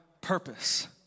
purpose